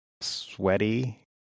sweaty